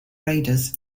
raiders